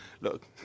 look